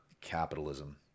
Capitalism